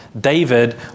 David